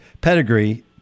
pedigree